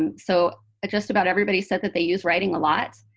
um so just about everybody said that they used writing a lot.